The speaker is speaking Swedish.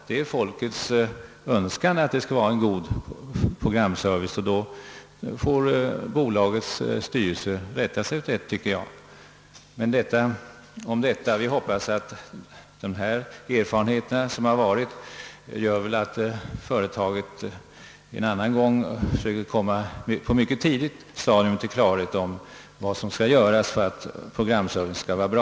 Det är folkets önskan att denna programservice skall vara god, och då får bolagets styrelse rätta sig därefter. Men detta om detta. Vi hoppas nu att företaget efter dessa erfarenheter en annan gång på ett mycket tidigt stadium försöker komma till klarhet om vad som skall göras för att programservicen skall vara bra.